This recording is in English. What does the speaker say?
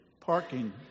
parking